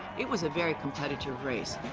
it was a very competitive race.